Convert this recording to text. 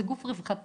זה גוף רווחתי,